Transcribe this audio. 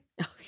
Okay